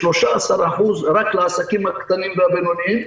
13% רק לעסקים הקטנים והבינוניים,